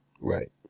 Right